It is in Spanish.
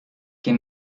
que